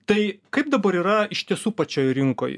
tai kaip dabar yra iš tiesų pačioj rinkoj